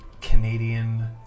Canadian